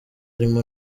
irimo